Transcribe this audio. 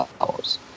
hours